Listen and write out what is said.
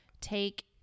take